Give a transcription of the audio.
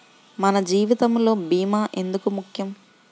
మన జీవితములో భీమా ఎందుకు ముఖ్యం?